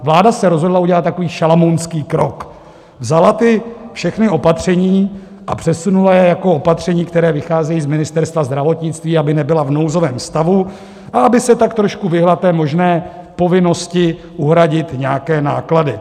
Vláda se rozhodla udělat takový šalamounský krok, vzala všechna ta opatření a přesunula je jako opatření, která vycházejí z Ministerstva zdravotnictví, aby nebyla v nouzovém stavu a aby se tak trošku vyhnula té možné povinnosti uhradit nějaké náklady.